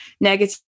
negative